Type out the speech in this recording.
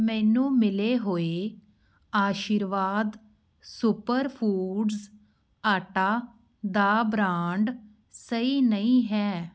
ਮੈਨੂੰ ਮਿਲੇ ਹੋਏ ਆਸ਼ੀਰਵਾਦ ਸੁਪਰ ਫੂਡਜ਼ ਆਟਾ ਦਾ ਬ੍ਰਾਂਡ ਸਹੀ ਨਹੀਂ ਹੈ